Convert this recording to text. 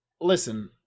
listen